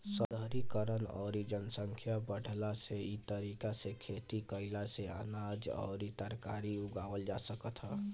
शहरीकरण अउरी जनसंख्या बढ़ला से इ तरीका से खेती कईला से अनाज अउरी तरकारी उगावल जा सकत ह